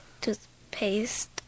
toothpaste